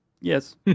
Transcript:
Yes